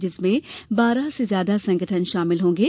जिसमें बारह से ज्यादा संगठन शामिल होंगे